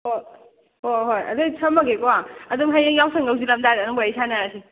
ꯍꯣꯏ ꯍꯣꯍꯣꯏ ꯑꯗꯨꯗꯤ ꯊꯝꯃꯒꯦꯀꯣ ꯑꯗꯨꯝ ꯍꯌꯦꯡ ꯌꯥꯎꯁꯪ ꯌꯧꯁꯤꯜꯂꯝꯗꯥꯏꯗ ꯑꯗꯨꯝ ꯋꯥꯔꯤ ꯁꯥꯟꯅꯔꯁꯤ